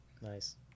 Nice